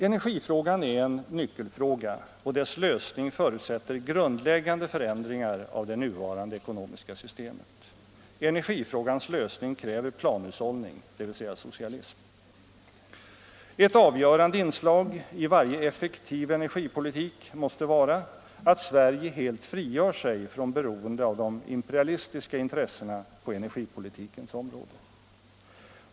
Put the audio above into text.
Energifrågan är en nyckelfråga, och dess lösning förutsätter grundläggande förändringar av det nuvarande ekonomiska systemet. Energifrågans lösning kräver planhushållning, dvs. socialism. Ett avgörande inslag i varje effektiv energipolitik är att Sverige helt frigör sig från beroende av de imperialistiska intressena på energipolitikens område.